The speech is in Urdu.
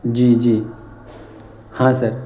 جی جی ہاں سر